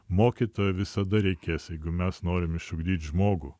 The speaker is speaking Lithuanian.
mokytojo visada reikės jeigu mes norim išugdyt žmogų